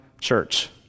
church